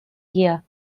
year